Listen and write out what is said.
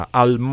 al